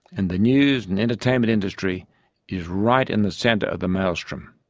and the news and entertainment industry is right in the centre of the maelstrom.